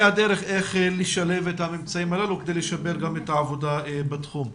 הדרך איך לשלב את הממצאים הללו כדי לשפר גם את העבודה בתחום.